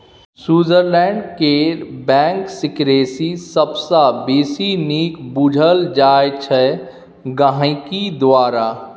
Switzerland केर bank secrecy सबसँ बेसी नीक बुझल जाइ छै गांहिकी द्वारा